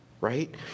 right